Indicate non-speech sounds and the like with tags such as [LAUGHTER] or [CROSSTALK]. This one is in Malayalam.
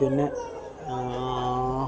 പിന്നെ [UNINTELLIGIBLE]